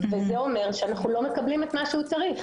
זה אומר, שאנחנו לא מקבלים את מה שהוא צריך.